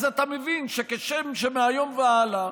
אז אתה מבין שכשם שמהיום והלאה,